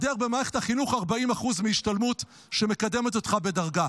במערכת החינוך מותר להיעדר 40% מההשתלמות שמקדמת אותך בדרגה.